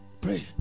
pray